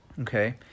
Okay